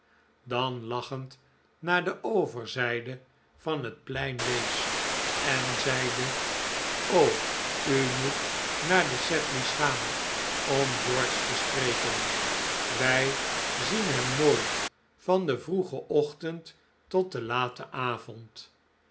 dan iachend naar de overzijde van het plein wees en zeide u moet naar de sedleys gaan om george te spreken wij zien hem nooit van den vroegen ochtend tot den laten avond